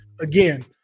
Again